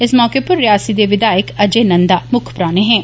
इस मौके पर रियासी दे विघायक अजय नंदा मुक्ख परोहने हे